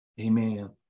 Amen